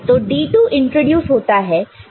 तो D2 introduce होता है